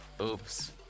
oops